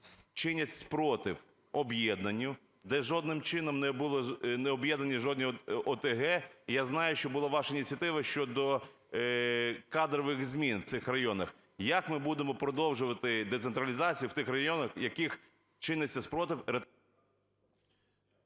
чинять спротив об'єднанню, де жодним чином не були об'єднані жодні ОТГ? І я знаю, що була ваша ініціатива щодо кадрових змін в цих районах. Як ми будемо продовжувати децентралізацію в тих районах, в яких чиниться спротив…